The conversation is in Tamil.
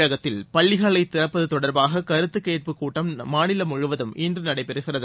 தமிழகத்தில் பள்ளிகளை திறப்பது தொடர்பாக கருத்து கேட்பு கூட்டம் மாநில முழுவதம் இன்று நடைபெறுகிறது